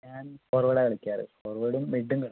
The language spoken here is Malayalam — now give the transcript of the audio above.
ഞാൻ ഫോർവേഡാണ് കളിക്കാറ് ഫോർവേഡും മിഡും കളിക്കും